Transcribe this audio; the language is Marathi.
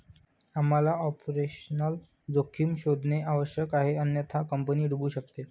आम्हाला ऑपरेशनल जोखीम शोधणे आवश्यक आहे अन्यथा कंपनी बुडू शकते